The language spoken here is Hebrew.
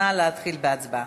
נא להתחיל בהצבעה.